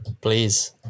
Please